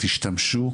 תשתמשו